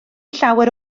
llawer